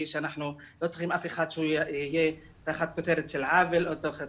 שאנחנו לא צריכים אף אחד שיהיה תחת כותרת של עוול או תחת